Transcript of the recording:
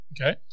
Okay